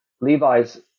Levi's